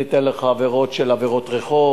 אני אתן לך עבירות של עבירות רחוב,